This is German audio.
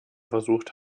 versucht